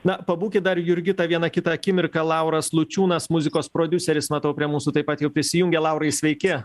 na pabūkit dar jurgita vieną kitą akimirką lauras lučiūnas muzikos prodiuseris matau prie mūsų taip pat jau prisijungė laurai sveiki